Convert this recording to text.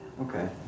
Okay